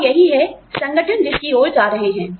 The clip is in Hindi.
और यही है संगठन जिसकी ओर जा रहे है